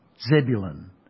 Zebulun